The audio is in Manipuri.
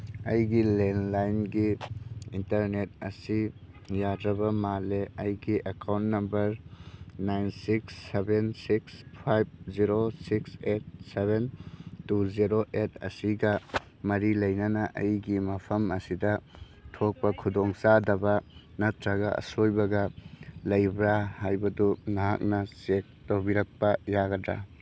ꯑꯩꯒꯤ ꯂꯦꯟꯂꯥꯏꯟꯒꯤ ꯏꯟꯇꯔꯅꯦꯠ ꯑꯁꯤ ꯌꯥꯗ꯭ꯔꯕ ꯃꯥꯜꯂꯦ ꯑꯩꯒꯤ account number nine six seven six five zero six eight seven two zero eight ꯑꯁꯤꯒ ꯃꯔꯤ ꯂꯩꯅꯅ ꯑꯩꯒꯤ ꯃꯐꯝ ꯑꯁꯤꯗ ꯊꯣꯛꯄ ꯈꯨꯗꯣꯡꯆꯥꯗꯕ ꯅꯠꯇ꯭ꯔꯒ ꯑꯁꯣꯏꯕꯒ ꯂꯩꯕ꯭ꯔꯥ ꯍꯥꯏꯕꯗꯨ ꯅꯍꯥꯛꯅ ꯆꯦꯛ ꯇꯧꯕꯤꯔꯛꯄ ꯌꯥꯒꯗ꯭ꯔ